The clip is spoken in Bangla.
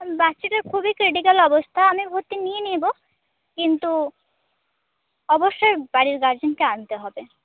বাচ্চাটার খুবই ক্রিটিকাল অবস্থা আমি ভর্তি নিয়ে নেব কিন্তু অবশ্যই বাড়ির গার্জেনকে আনতে হবে